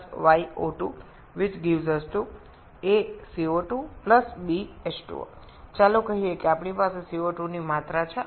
C6H14 C8H18 O2 CO2 H2O আমরা ধরে নেই যে a পরিমাণ CO2 এবং b পরিমাণ H2O আছে